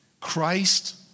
Christ